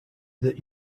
that